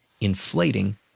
inflating